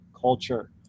culture